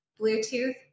Bluetooth